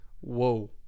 whoa